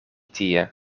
tie